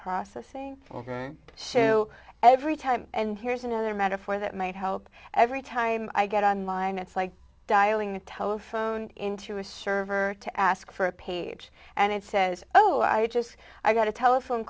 processing every time and here's another metaphor that might help every time i get on line it's like dialing a telephone into a server to ask for a page and it says oh i just got a telephone